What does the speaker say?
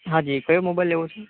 હા જી કયો મોબાઈલ લેવો છે